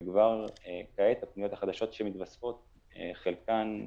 וכבר כעת, הפניות החדשות שמתווספות, חלקן,